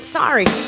sorry